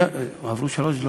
מה, עברו שלוש דקות?